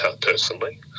personally